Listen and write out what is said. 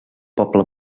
poble